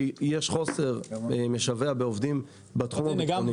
כי יש חוסר משווע בעובדים בתחום הביטחוני.